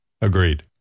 Agreed